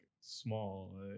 small